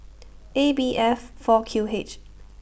A B F four Q H